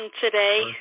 today